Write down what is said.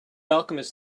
alchemist